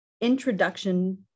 introduction